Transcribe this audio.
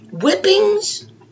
whippings